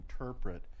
interpret